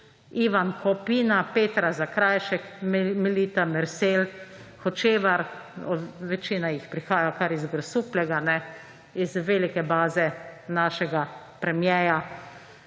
Ivan Kopina, Petra Zakrajšek, Melita Mersel Hočevar, večina jih prihaja kar iz Grosuplja, iz velike baze našega premierja.